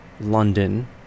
London